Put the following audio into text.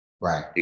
Right